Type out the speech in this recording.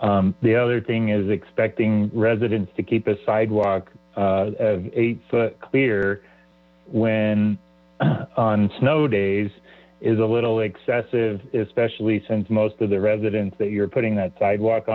them the other thing is expecting residents to keep a sidewalk of eight foot clear when on snow days is a little excessive especially since most of the residents that you're putting that sidewalk